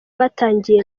batangiye